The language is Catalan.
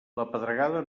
pedregada